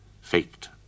faked